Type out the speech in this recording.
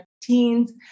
teens